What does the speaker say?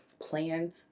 Plan